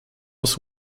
was